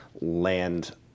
land